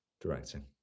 directing